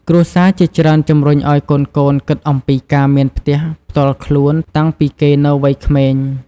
គ្រួសារជាច្រើនជម្រុញឱ្យកូនៗគីតអំពីការមានផ្ទះផ្ទាល់ខ្លួនតាំងពីគេនៅវ័យក្មេង។